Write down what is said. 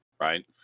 right